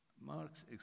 Marx